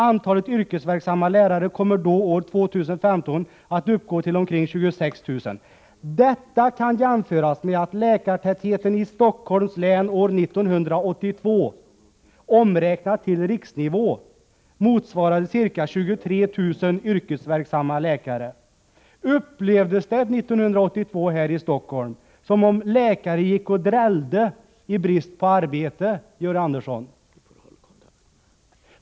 Antalet yrkesverksamma läkare kommer då år 2015 att uppgå till omkring 26 000. Detta kan jämföras med att läkartätheten i Stockholms län år 1982, omräknat till riksnivå motsvarade ca 23 000 yrkesverksamma läkare.” Upplevdes det 1982 här i Stockholm så att läkare gick och drällde i brist på arbete, Georg Andersson?